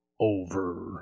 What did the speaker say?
over